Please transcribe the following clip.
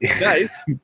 Nice